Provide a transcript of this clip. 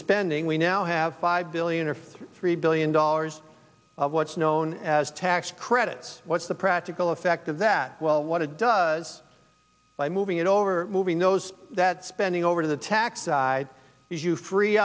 spending we now have five billion or fifty three billion dollars of what's known as tax credits what's the practical effect of that well what it does by moving it over moving those that spending over to the tax